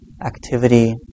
activity